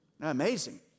Amazing